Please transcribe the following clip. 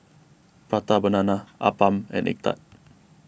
Prata Banana Appam and Egg Tart